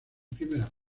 primera